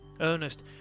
Ernest